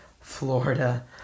Florida